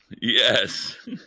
Yes